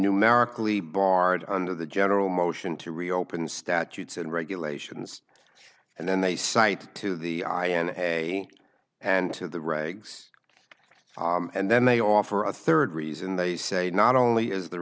numerically barred under the general motion to reopen statutes and regulations and then they cite to the i and a and to the regs and then they offer a third reason they say not only is the